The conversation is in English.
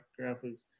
Graphics